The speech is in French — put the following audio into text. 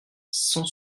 cent